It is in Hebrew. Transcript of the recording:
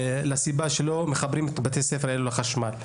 לסיבה שבגללה לא מחברים את בתי הספר האלה לחשמל.